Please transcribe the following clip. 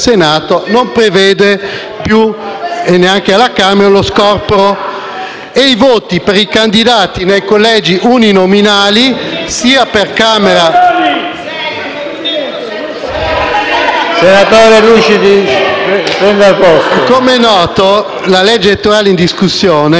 la legge elettorale in discussione non prevede più lo scorporo e i voti per i candidati nei collegi uninominali sia per la Camera che per il Senato vengono conteggiati anche per l'assegnazione dei seggi per la parte proporzionale. Cosa proponeva però il Movimento 5 Stelle? LUCIDI *(M5S)*.